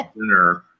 dinner